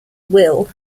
will